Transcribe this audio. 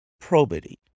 probity